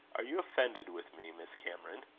are you offended with me, miss cameron?